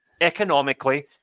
economically